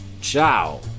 Ciao